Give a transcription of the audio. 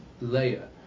layer